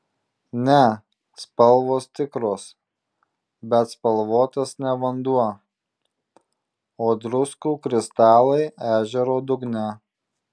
ne spalvos tikros bet spalvotas ne vanduo o druskų kristalai ežero dugne